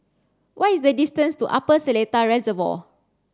what is the distance to Upper Seletar Reservoir